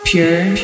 Pure